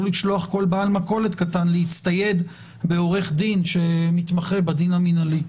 לשלוח כל בעל מכולת קטנה להצטייד בעורך דין שמתמחה בדין המנהלי.